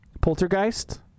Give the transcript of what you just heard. Poltergeist